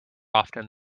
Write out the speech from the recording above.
often